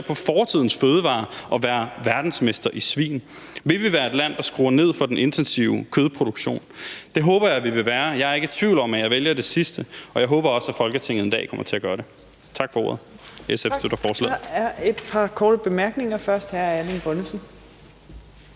på fortidens fødevarer og være verdensmestre i svin? Vil vi være et land, der skruer ned for den intensive kødproduktion? Det håber jeg vi vil være. Jeg er ikke i tvivl om, at jeg vælger det sidste, og jeg håber også, at Folketinget en dag kommer til at gøre det. Tak for ordet. SF støtter forslaget.